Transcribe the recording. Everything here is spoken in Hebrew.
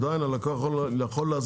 עדיין הלקוח יכול להסביר את זה.